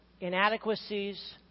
inadequacies